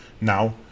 now